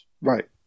Right